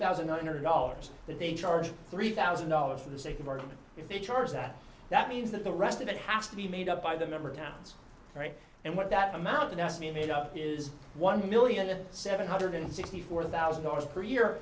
thousand nine hundred dollars that they charged three thousand dollars for the sake of argument if they charge that that means that the rest of it has to be made up by the member towns right and what that amount and asked me made up is one million seven hundred sixty four thousand dollars per year